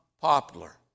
popular